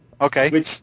okay